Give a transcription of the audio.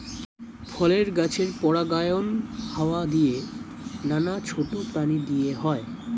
ফলের গাছের পরাগায়ন হাওয়া দিয়ে, নানা ছোট প্রাণী দিয়ে হয়